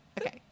Okay